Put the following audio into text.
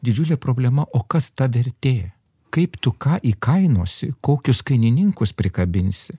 didžiulė problema o kas ta vertė kaip tu ką įkainosi kokius kainininkus prikabinsi